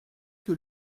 que